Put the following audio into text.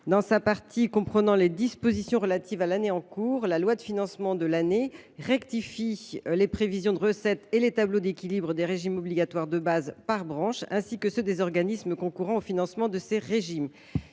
dans sa partie comprenant les dispositions relatives à l’année en cours, la loi de financement de l’année rectifie les prévisions de recettes et les tableaux d’équilibre des régimes obligatoires de base, par branche, ainsi que ceux des organismes concourant au financement de ces régimes.